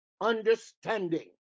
understanding